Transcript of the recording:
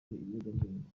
ibiyobyabwenge